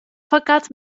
fakat